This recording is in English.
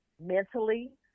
mentally